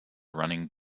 running